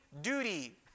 duty